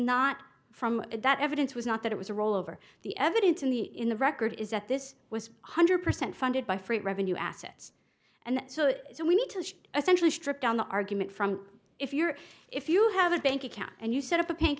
not from that evidence was not that it was a rollover the evidence in the in the record is that this was one hundred percent funded by freight revenue assets and so we need to essentially strip down the argument from if you're if you have a bank account and you set up a